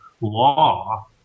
law